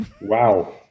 Wow